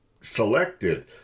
selected